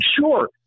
Sure